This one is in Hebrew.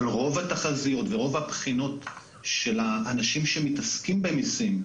אבל רוב התחזיות ורוב הבחינות של האנשים שמתעסקים במיסים,